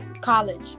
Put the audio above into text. college